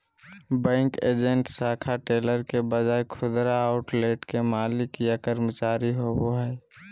bank agent शाखा teller के बजाय खुदरा आउटलेट के मालिक या कर्मचारी होवो हइ